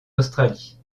australie